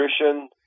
nutrition